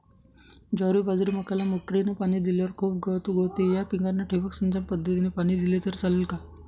ज्वारी, बाजरी, मक्याला मोटरीने पाणी दिल्यावर खूप गवत उगवते, या पिकांना ठिबक सिंचन पद्धतीने पाणी दिले तर चालेल का?